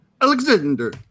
Alexander